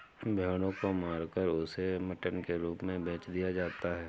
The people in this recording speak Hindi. भेड़ों को मारकर उसे मटन के रूप में बेच दिया जाता है